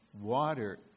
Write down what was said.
water